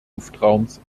luftraums